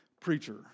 preacher